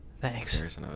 Thanks